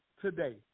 today